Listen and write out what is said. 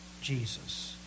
Jesus